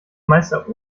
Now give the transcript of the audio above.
meister